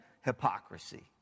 hypocrisy